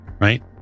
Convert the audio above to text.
right